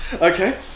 Okay